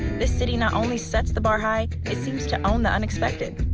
this city not only sets the bar high, it seems to own the unexpected.